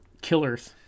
killers